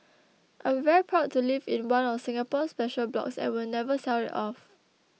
I'm very proud to live in one of Singapore's special blocks and will never sell it off